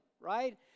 right